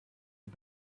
are